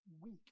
weak